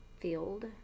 Field